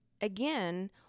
again